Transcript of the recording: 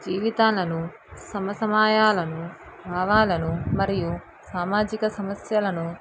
జీవితాలను సమసమాయన భావాలను మరియు సామాజిక సమస్యలను